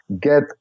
get